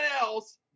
else